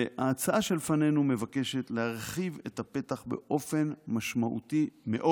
וההצעה שלפנינו מבקשת להרחיב את הפתח באופן משמעותי מאוד.